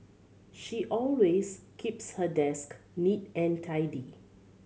she always keeps her desk neat and tidy